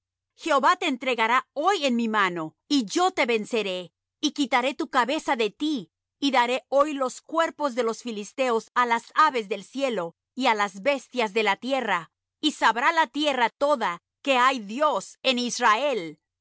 jehová te entregará hoy en mi mano y yo te venceré y quitaré tu cabeza de ti y daré hoy los cuerpos de los filisteos á las aves del cielo y á las bestias de la tierra y sabrá la tierra toda que hay dios en israel